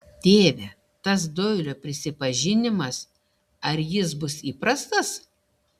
tėve tas doilio prisipažinimas ar jis bus įprastas